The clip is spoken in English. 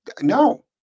no